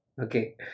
okay